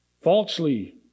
falsely